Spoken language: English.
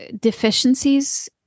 deficiencies